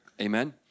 Amen